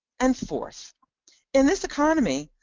and fourth in this economy,